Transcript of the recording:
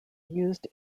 used